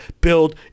build